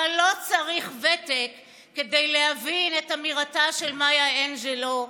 אבל לא צריך ותק כדי להבין את אמירתה של מאיה אנג'לו: